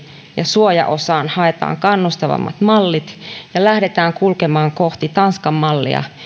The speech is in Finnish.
ja suojaosaan haetaan kannustavammat mallit ja lähdetään kulkemaan kohti tanskan mallia